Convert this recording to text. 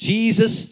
Jesus